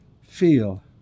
feel